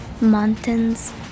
mountains